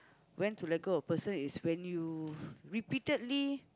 when to let go of person is when you repeatedly